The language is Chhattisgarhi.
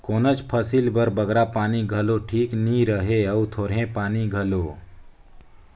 कोनोच फसिल बर बगरा पानी घलो ठीक नी रहें अउ थोरहें पानी घलो